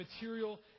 material